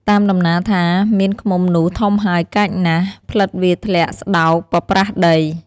តាមដំណាលថា មានឃ្មុំនោះធំហើយកាចណាស់ ផ្លិតវាធ្លាក់ស្តោកប៉ប្រះដី ។